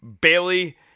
Bailey